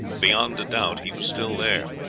beyond a doubt, he was still there.